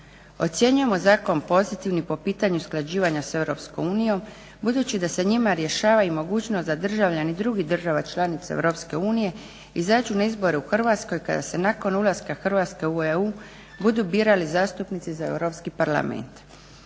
Ocjenjujemo zakon pozitivnim po pitanju usklađivanja s Europskom unijom budući da se njima rješava i mogućnost da državljani drugih država članica Europske unije izađu na izbore u Hrvatskoj kada se nakon ulaska Hrvatske u EU budu birali zastupnici za Europski parlament.